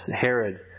Herod